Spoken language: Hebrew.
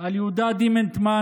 על יהודה דימנטמן,